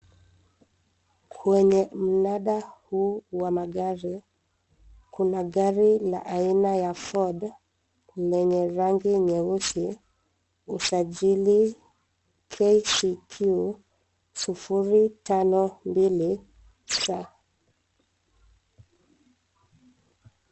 Kwenye mnanda huu wa magari, kuna gari aina ya FORD lenye rangi nyeusi, usajili KCQ052S.